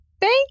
Thank